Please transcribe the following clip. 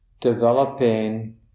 developing